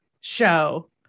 show